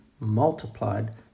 Multiplied